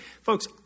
Folks